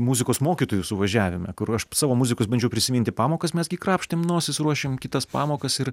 muzikos mokytojų suvažiavime kur aš savo muzikos bandžiau prisiminti pamokas mes gi krapštėm nosis ruošėm kitas pamokas ir